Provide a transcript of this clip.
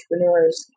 entrepreneurs